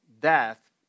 death